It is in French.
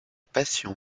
passion